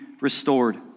restored